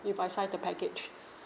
if I sign the package